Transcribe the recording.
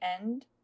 end